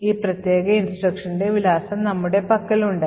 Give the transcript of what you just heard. ഈ പ്രത്യേക instructionന്റെ വിലാസം നമ്മുടെ പക്കലുണ്ട്